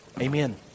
amen